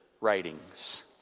writings